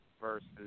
versus